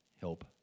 help